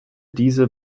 diese